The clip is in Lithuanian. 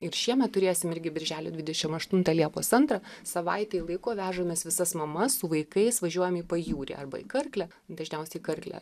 ir šiemet turėsim irgi birželio dvidešimt aštuntą liepos antrą savaitei laiko vežamės visas mamas su vaikais važiuojam į pajūrį arba į karklę dažniausiai į karklę